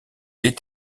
est